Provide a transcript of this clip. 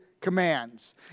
commands